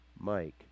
Mike